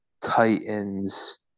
Titans